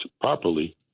properly